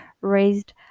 raised